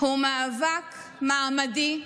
הוא מאבק מעמדי אוניברסלי,